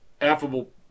affable